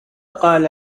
قال